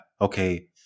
okay